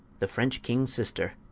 the french kings sister.